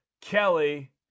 Kelly